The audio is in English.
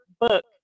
book